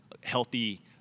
healthy